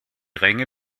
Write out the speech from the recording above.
ränge